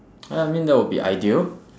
uh I mean that will be ideal